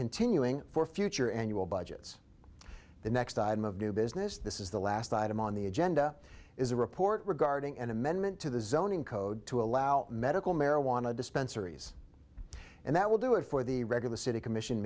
continuing for future annual budgets the next item of new business this is the last item on the agenda is a report regarding an amendment to the zoning code to allow medical marijuana dispensaries and that will do it for the regular city commission